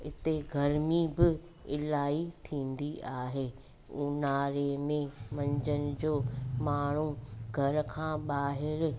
हिते गर्मी बि इलाही थींदी आहे ऊन्हारे में मंझंदि जो माण्हू घर खां ॿाहिरि